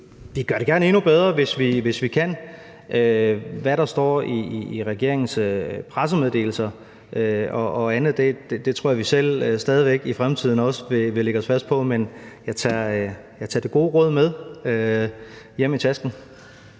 Vi gør det gerne endnu bedre, hvis vi kan. Hvad der står i regeringens pressemeddelelser og andet tror jeg vi stadig væk i fremtiden også selv vil lægge os fast på. Men jeg tager det gode råd med hjem i tasken.